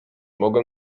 mogłem